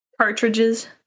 cartridges